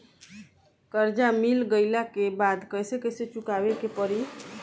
कर्जा मिल गईला के बाद कैसे कैसे चुकावे के पड़ी?